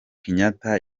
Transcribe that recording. kenyatta